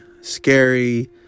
scary